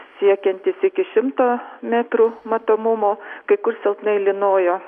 siekiantys iki šimto metrų matomumo kai kur silpnai lynojo